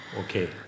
Okay